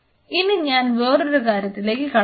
ഇനി ഞാൻ വേറൊരു കാര്യത്തിലേക്ക് കടക്കാം